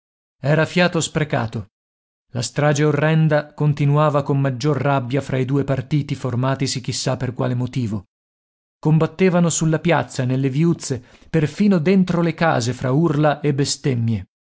era fiato sprecato la strage orrenda continuava con maggior rabbia fra i due partiti formatisi chissà per quale motivo combattevano sulla piazza nelle viuzze perfino dentro le case fra urla e bestemmie